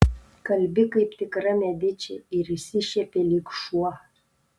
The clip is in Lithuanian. kalbi kaip tikra mediči ir išsišiepė lyg šuo